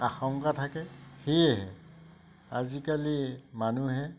আশংকা থাকে সেয়েহে আজিকালি মানুহে